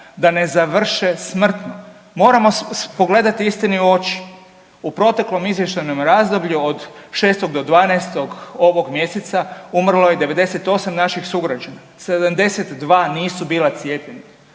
da ne završe smrtno. Moramo pogledati istini u oči. U proteklom izvještajnom razdoblju od 6. do 12. ovog mjeseca umrlo je 98 naših sugrađana, 72 nisu bila cijepljenja.